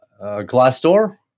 Glassdoor